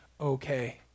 okay